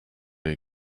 jej